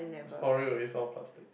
is for real is all plastic